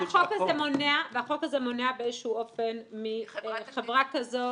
החוק הזה מונע באיזשהו אופן מחברה כזו,